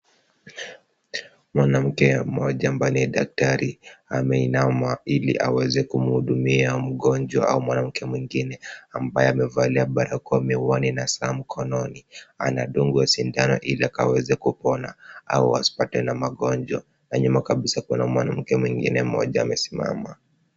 Mwanamke mmoja ambaye ni daktari ameinama ili aweze kumhudumia mgonjwa. Mwanamke mwingine ambaye amevalia barakoa, miwani na saa mkononi anadungwa sindano ili aweze kupona au asipate magonjwa na nyuma kabisa kuna mwanamke mmoja amesimama.